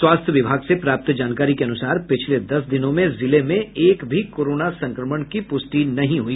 स्वास्थ्य विभाग से प्राप्त जानकारी के अनुसार पिछले दस दिनों में जिले में एक भी कोरोना संक्रमण की पुष्टि नहीं हुई